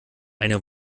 eine